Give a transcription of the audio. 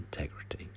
integrity